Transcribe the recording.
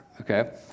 okay